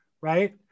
right